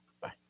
Bye